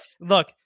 look